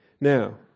Now